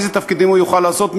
איזה תפקידים הוא יוכל לעשות,